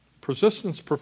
persistence